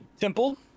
temple